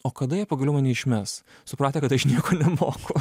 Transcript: o kada jie pagaliau mane išmes supratę kad aš nieko nemoku